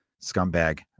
scumbag